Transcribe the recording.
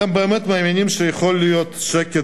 אתם באמת מאמינים שיכול להיות שקט,